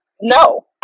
no